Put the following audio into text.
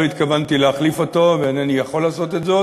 לא התכוונתי להחליף אותו ואינני יכול לעשות זאת,